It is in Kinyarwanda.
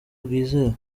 bwizewe